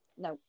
No